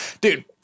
Dude